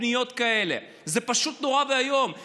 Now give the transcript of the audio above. זה נורא ואיום לקרוא פניות כאלה,